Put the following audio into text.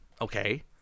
Okay